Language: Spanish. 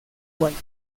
white